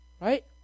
right